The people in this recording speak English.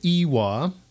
Iwa